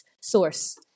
Source